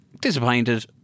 Disappointed